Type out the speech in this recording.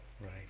Right